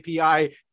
API